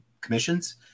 commissions